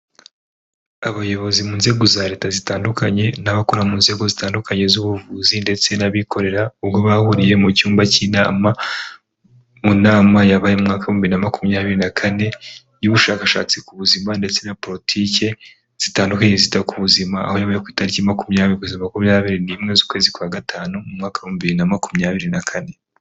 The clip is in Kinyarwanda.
abayobozi mu nzego za leta zitandukanye n'abakora mu nzego zitandukanye z'ubuvuzi ndetse n'abikorera ubwo bahuriye mu cyumba cy'inama mu nama yabaye umwaka w'ibihumbi bibiri na makumyabiri na kane y'ubushakashatsi ku buzima ndetse na politiki zitandukanye zita ku buzima aho yabaye ku itariki makumyabiri kugeza makumyabiri n'imwe z'ukwezi kwa gatanu mu mwaka w'ibihumbi bibiri na makumyabiri na kane